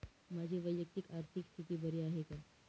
माझी वैयक्तिक आर्थिक स्थिती बरी आहे का?